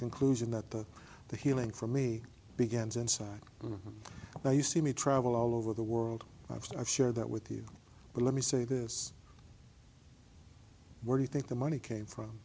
conclusion that the healing for me begins inside now you see me travel all over the world i've sort of share that with you but let me say this where do you think the money came from